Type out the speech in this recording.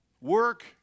Work